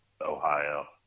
Ohio